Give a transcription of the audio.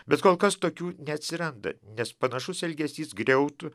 bet kol kas tokių neatsiranda nes panašus elgesys griautų